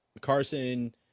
Carson